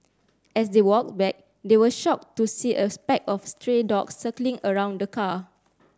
as they walked back they were shocked to see a spake of stray dogs circling around the car